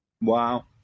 Wow